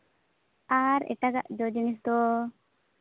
ᱟᱨ ᱮᱴᱟᱜᱟᱜ ᱡᱚ ᱡᱤᱱᱤᱥ ᱫᱚ